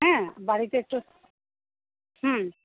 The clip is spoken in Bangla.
হ্যাঁ বাড়িতে একটু হুম